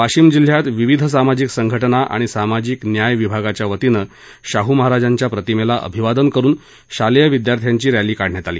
वाशिम जिल्ह्यात विविध सामाजिक संघटना आणि सामाजिक न्यायविभागाच्या वतीनं शाहू महाराजांच्या प्रतिमेला अभिवादन करून शालेय विद्यार्थीची रस्त्री काढण्यात आली